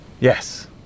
Yes